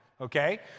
okay